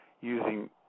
using